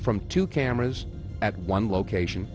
from two cameras at one location